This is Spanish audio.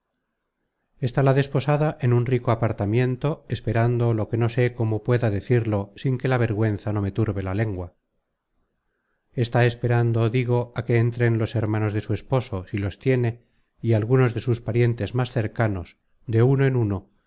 está la desposada en un rico apartamiento esperando lo que no sé cómo pueda decirlo sin que la vergüenza no me turbe la lengua está esperando digo á que entren los hermanos de su esposo si los tiene y algunos de sus parientes más cercanos de uno en uno